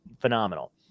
Phenomenal